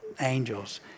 angels